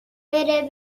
بره